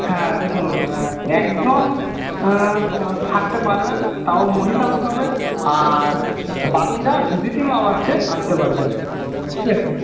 হ্যাঁ দেখুন একজন থাকতে পারবেন তাও মহিলা হতে হবে আর বাকিরা ভিজিটিং আওয়ার্সে আসতে পারবেন ঠিক আছে